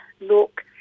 look